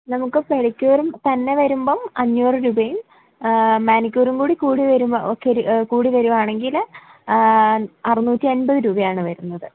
നമുക്ക് പെഡിക്യൂറിങ് തന്നെ വരുമ്പോൾ അഞ്ഞൂറ് രൂപയും മാനിക്യൂറും കൂടി വരുമ്പോൾ ഓ ശരി കൂടി വരുവാണെങ്കില് അറുന്നൂറ്റി അൻപത് രൂപയാണ് വരുന്നത്